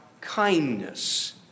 kindness